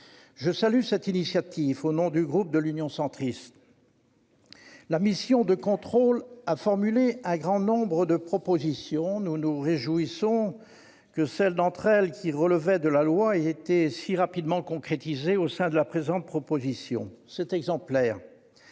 Je salue cette initiative au nom du groupe Union Centriste. La mission de contrôle a formulé un grand nombre de propositions. Nous nous réjouissons que celles d'entre elles qui relevaient de la loi aient été si rapidement concrétisées au sein du présent texte- c'est exemplaire